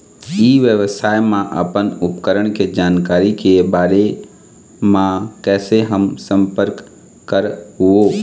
ई व्यवसाय मा अपन उपकरण के जानकारी के बारे मा कैसे हम संपर्क करवो?